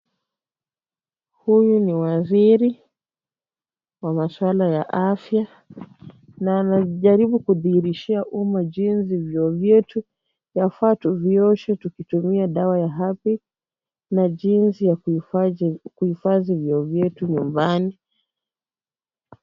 Huyu ni waziri, wa maswala ya afya, na anajaribu kudirishia umma jinsi vyoo vyetu ya afya vioshe tukitumia dawa ya harpic. Na jinsi ya kuhifadhi vyoo vyetu nyumbani.